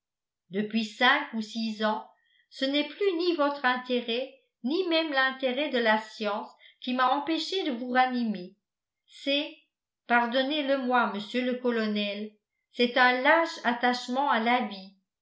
depuis cinq ou six ans ce n'est plus ni votre intérêt ni même l'intérêt de la science qui m'a empêché de vous ranimer c'est pardonnez le moi monsieur le colonel c'est un lâche attachement à la vie